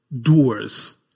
doers